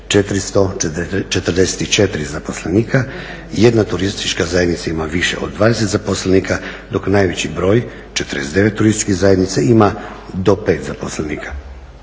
444 zaposlenika, jedna turistička zajednica ima više od 20 zaposlenika, dok najveći broj 49 turističkih zajednica ima do 5 zaposlenika.